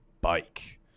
bike